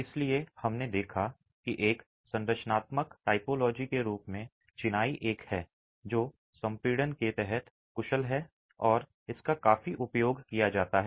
इसलिए हमने देखा कि एक संरचनात्मक टाइपोलॉजी के रूप में चिनाई एक है जो संपीड़न के तहत कुशल है और इसका काफी उपयोग किया जाता है